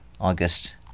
August